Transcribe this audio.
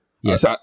Yes